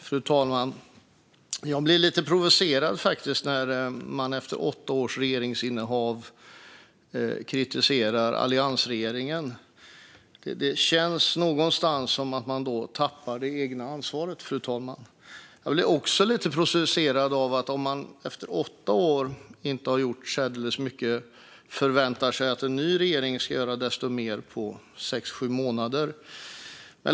Fru talman! Jag blir faktiskt lite provocerad när man efter åtta års regeringsinnehav kritiserar alliansregeringen. Det känns som att man då tappar det egna ansvaret. Jag blir också lite provocerad av att man efter att inte ha gjort särdeles mycket under de åtta åren förväntar sig att en ny regering ska göra desto mer på sex sju månader.